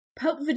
Pope